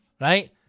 right